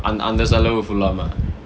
அந் அந்த செலவு:anth antha selavu full ஆமா:aamaa